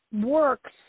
works